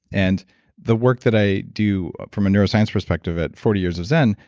and the work that i do from a neuroscience perspective at forty years of zen,